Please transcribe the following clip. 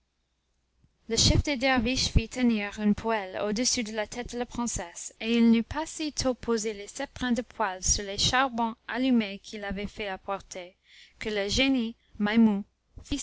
le chef des derviches fit tenir un poêle au-dessus de la tête de la princesse et il n'eut pas si tôt posé les sept brins de poil sur les charbons allumés qu'il avait fait apporter que le génie